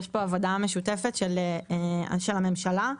יש פה עבודה משותפת של אנשי הממשלה.